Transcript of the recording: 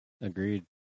agreed